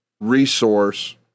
resource